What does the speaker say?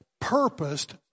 purposed